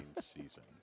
season